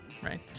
Right